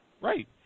Right